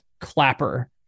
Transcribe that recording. Clapper